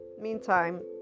meantime